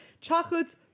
Chocolates